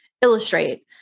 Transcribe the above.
illustrate